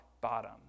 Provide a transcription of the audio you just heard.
bottom